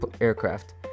aircraft